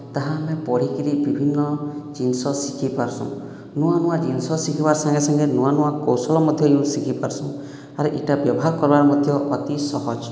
ତାହା ଆମେ ପଢ଼ିକିରି ବିଭିନ୍ନ ଜିନିଷ ଶିଖିପାରସୁଁ ନୂଆ ନୂଆ ଜିନିଷ ଶିଖିବାର୍ ସାଙ୍ଗେ ସାଙ୍ଗେ ନୂଆ ନୂଆ କୌଶଳ ମଧ୍ୟ ଶିଖିପାରସୁଁ ଆର୍ ଇଟା ବ୍ୟବହାର କରିବାର୍ ମଧ୍ୟ ଅତି ସହଜ୍